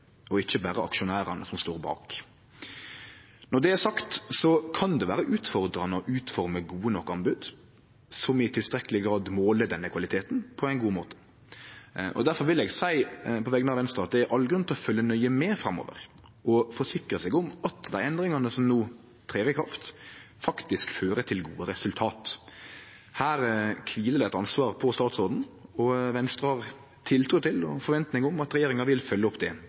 og ikkje berre aksjonærane som står bak. Når det er sagt, kan det vere utfordrande å utforme gode nok anbod som i tilstrekkeleg grad måler denne kvaliteten på ein god måte. Derfor vil eg seie, på vegner av Venstre, at det er all grunn til å følgje nøye med framover og forsikre seg om at dei endringane som no trer i kraft, faktisk fører til gode resultat. Her kviler det eit ansvar på statsråden, og Venstre har tiltru til og forventningar om at regjeringa vil følgje det opp på ein god måte framover. Så til representantforslaget frå Arbeidarpartiet: Det